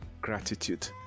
gratitude